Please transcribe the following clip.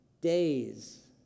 days